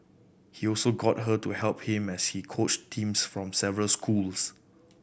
he also got her to help him as he coached teams from several schools